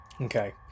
Okay